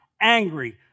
angry